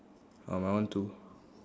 oh my one two